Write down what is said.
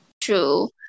True